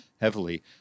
heavily